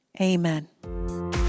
amen